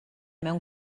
mewn